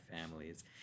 families